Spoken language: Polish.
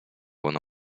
ona